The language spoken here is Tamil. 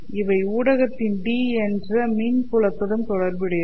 இவை ஊடகத்தின் D' என்ற மின் புலத்துடன் தொடர்புடையது